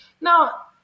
Now